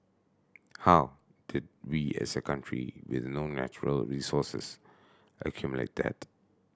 how did we as a country with no natural resources accumulate that